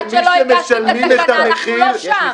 ועד שלא הגשתם --- אנחנו לא שם.